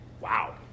Wow